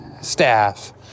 staff